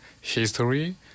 history